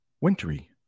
wintry